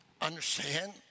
understand